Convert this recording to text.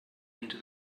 into